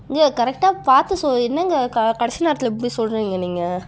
ஏங்க கரெக்ட்டாக பார்த்து சொ என்னங்க க கடைசி நேரத்தில் இப்படி சொல்கிறீங்க நீங்கள்